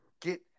get